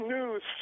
News